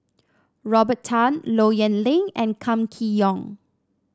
Robert Tan Low Yen Ling and Kam Kee Yong